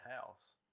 house